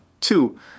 two